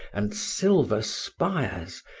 and silver spires,